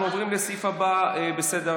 אנחנו עוברים לסעיף הבא בסדר-היום,